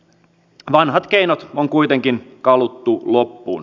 vanhat keinot on kuitenkin kaluttu loppuun